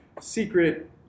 secret